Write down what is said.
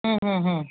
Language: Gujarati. હમ હમ